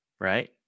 right